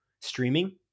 streaming